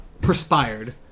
perspired